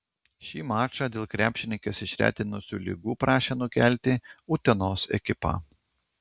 šį mačą dėl krepšininkes išretinusių ligų prašė nukelti utenos ekipa